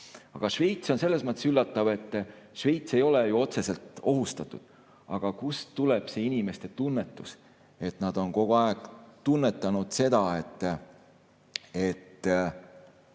Šveits on selles mõttes üllatav, et Šveits ei ole ju otseselt ohustatud. Aga kust tuleb see inimeste tunnetus, miks nad on kogu aeg tunnetanud seda, et